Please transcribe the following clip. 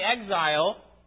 exile